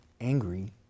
angry